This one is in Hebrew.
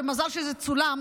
ומזל שזה צולם,